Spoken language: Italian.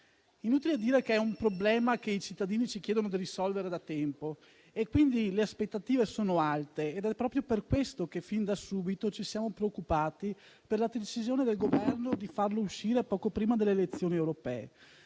Inutile dire che è un problema che i cittadini ci chiedono di risolvere da tempo e quindi le aspettative sono alte. Ed è proprio per questo che, fin da subito, ci siamo preoccupati per la decisione del Governo di farlo uscire poco prima delle elezioni europee,